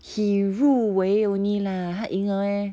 he 入围 only lah 他赢了 meh